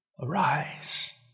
Arise